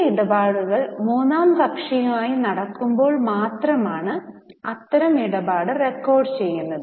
ചില ഇടപാടുകൾ മൂന്നാം കക്ഷിയുമായി നടക്കുമ്പോൾ മാത്രമാണ് അത്തരം ഇടപാട് റെക്കോർഡുചെയ്യുന്നത്